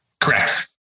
Correct